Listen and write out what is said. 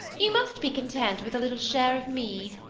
you must be content with a little share of me.